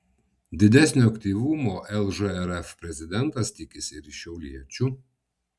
didesnio aktyvumo lžrf prezidentas tikisi ir iš šiauliečių